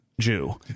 Jew